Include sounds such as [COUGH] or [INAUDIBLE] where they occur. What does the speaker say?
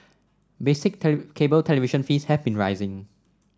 basic [UNINTELLIGIBLE] cable television fees have been rising